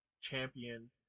champion